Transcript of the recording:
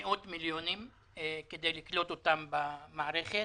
מאות מיליונים כדי לקלוט אותם במערכת,